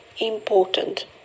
important